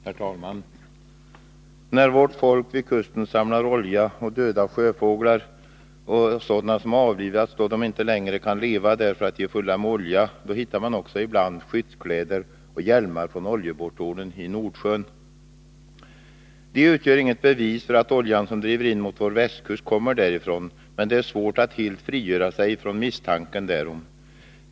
Herr talman! När vårt folk vid kusten samlar olja och döda sjöfåglar och sådana som avlivats då de inte längre kan leva därför att de är fulla med olja, då hittar man också ibland skyddskläder och hjälmar från oljeborrtornen i Nordsjön. De utgör inget bevis för att oljan som driver in mot vår västkust kommer därifrån. Men det är svårt att frigöra sig från misstanken därom.